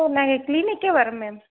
சரி நாங்கள் க்ளீனிக்கே வரோம் மேம்